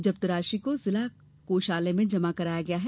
जप्त राशि को जिला कोषालय में जमा कराया गया है